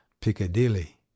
piccadilly